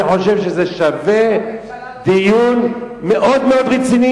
אני חושב שזה שווה דיון מאוד מאוד רציני